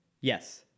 Yes